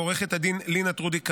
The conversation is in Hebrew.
לעו"ד לינא טרודי כמאל,